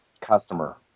Customer